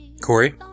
Corey